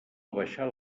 abaixar